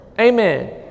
amen